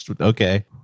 okay